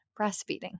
breastfeeding